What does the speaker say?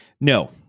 No